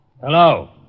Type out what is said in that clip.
Hello